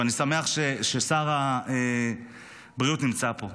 ואני שמח ששר הבריאות נמצא פה.